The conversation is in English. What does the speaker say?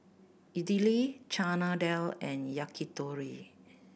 Idili Chana Dal and Yakitori